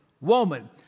woman